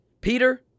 Peter